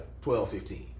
12-15